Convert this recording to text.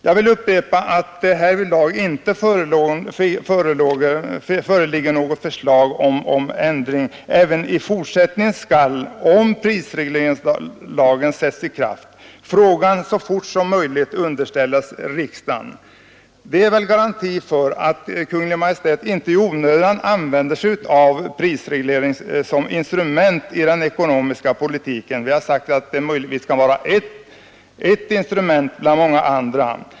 Jag vill upprepa att det härvidlag inte föreligger något förslag om ändring. Även i fortsättningen skall, om prisregleringslagen sätts i kraft, frågan så fort som möjligt underställas riksdagen. Det är väl garanti nog för att Kungl. Maj:t inte i onödan använder sig av prisreglering som instrument i den ekonomiska politiken. Vi har sagt att prisreglering möjligtvis kan vara ett instrument bland många andra.